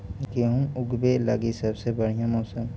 गेहूँ ऊगवे लगी सबसे बढ़िया मौसम?